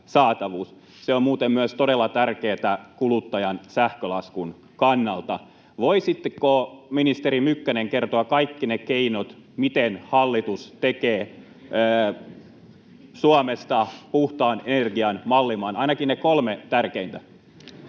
Se on muuten myös todella tärkeätä kuluttajan sähkölaskun kannalta. Voisitteko, ministeri Mykkänen, kertoa kaikki ne keinot, miten hallitus tekee Suomesta puhtaan energian mallimaan — ainakin ne kolme tärkeintä?